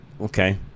okay